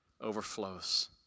overflows